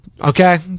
okay